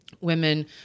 women